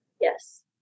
Yes